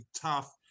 tough